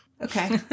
Okay